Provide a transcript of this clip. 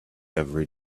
every